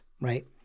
right